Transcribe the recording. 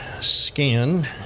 Scan